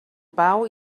pau